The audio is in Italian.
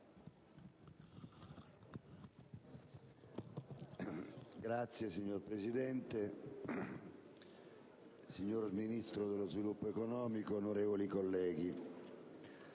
Signor Presidente, signor Ministro dello sviluppo economico, onorevoli colleghi,